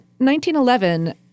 1911